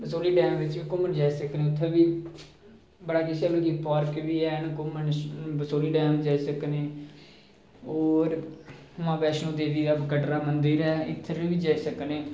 Basohli dam बिच्च घुम्मन जाई सकने उत्थें बी बड़ा किश मतलब पार्क बी हैन घुम्मन बसोहली डैम जाई सकने होर मां वैष्णो देवी दा कटरा मंदिर ऐ इत्थें बी जाई सकने